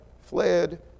fled